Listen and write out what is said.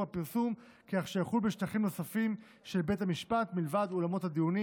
הפרסום כך שיחול בשטחים נוספים של בית המשפט מלבד אולמות הדיונים.